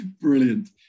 Brilliant